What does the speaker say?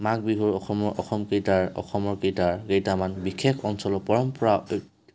মাঘ বিহু অসমৰ অসম কেইটাৰ অসমৰ কেইটাৰ কেইটামান বিশেষ অঞ্চলৰ পৰম্পৰা